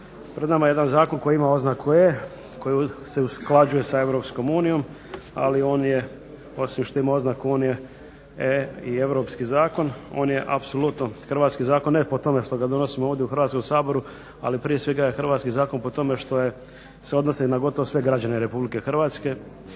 Pred nama je jedan zakon koji ima oznaku E, koji se usklađuje sa EU, ali on je osim što ima oznaku on je E i europski zakon, on je apsolutno hrvatski zakon ne po tome što ga donosimo ovdje u Hrvatskom saboru ali prije svega je hrvatski zakon po tome što se odnosi na gotovo sve građana Republike Hrvatske